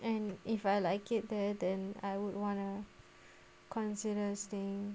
and if I like it there then I would wanna consider staying